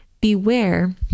Beware